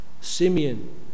Simeon